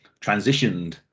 transitioned